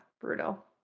brutal